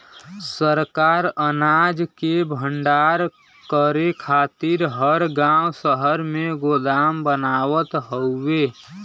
सरकार अनाज के भण्डारण करे खातिर हर गांव शहर में गोदाम बनावत हउवे